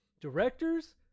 directors